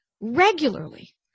regularly